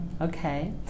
okay